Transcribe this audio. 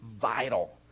vital